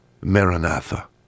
maranatha